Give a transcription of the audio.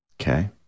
Okay